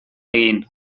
egin